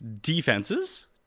Defenses